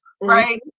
right